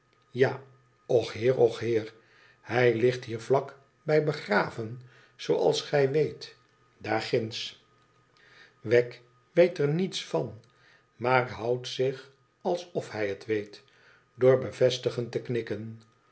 och heer och heer i hij ligt hier vlak bij begraven zooals gij wecl daar ginds wegg weet er niets van maar houdt zich alsof hij het weet door bevestigend te knikken